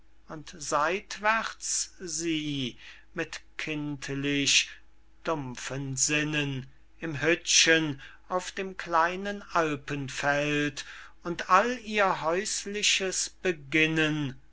und seitwärts sie mit kindlich dumpfen sinnen im hüttchen auf dem kleinen alpenfeld und all ihr häusliches beginnen